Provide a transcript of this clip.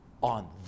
On